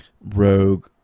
rogue